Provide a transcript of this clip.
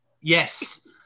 Yes